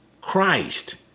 Christ